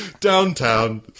Downtown